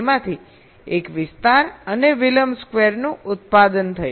તેમાંથી એક વિસ્તાર અને વિલંબ સ્ક્વેરનું ઉત્પાદન હતું